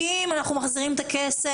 כי אם אנחנו מחזירים את הכסף,